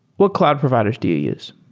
what cloud providers do you use?